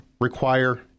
require